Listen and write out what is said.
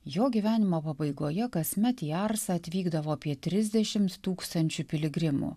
jo gyvenimo pabaigoje kasmet į arsą atvykdavo apie trisdešims tūkstančių piligrimų